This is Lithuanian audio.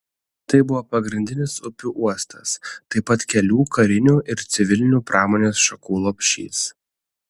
tai buvo pagrindinis upių uostas taip pat kelių karinių ir civilinių pramonės šakų lopšys